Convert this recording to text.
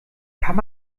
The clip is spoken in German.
kann